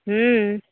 हूँ